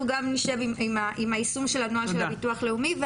אנחנו גם נשב עם היישום של הנוהל של ביטוח לאומי.